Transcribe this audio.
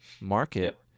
market